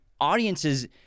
audiences –